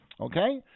okay